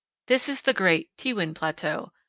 this is the great tewan plateau,